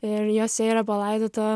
ir jose yra palaidota